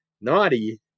naughty